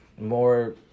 more